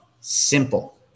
Simple